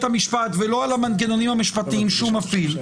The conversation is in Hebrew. המשפט ולא על המנגנונים המשפטיים שהוא מפעיל,